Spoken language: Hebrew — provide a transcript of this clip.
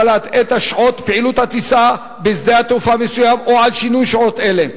שעות פעילות הטיסה בשדה תעופה מסוים או על שינוי בשעות אלה.